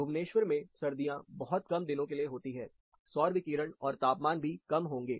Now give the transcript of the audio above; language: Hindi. भुवनेश्वर में सर्दियां बहुत कम दिनों के लिए होती है सौर विकिरण और तापमान भी कम होंगे